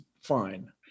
fine